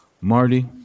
Marty